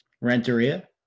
Renteria